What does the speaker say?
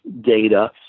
data